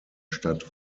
stadt